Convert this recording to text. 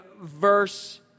verse